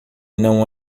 não